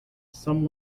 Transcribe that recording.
some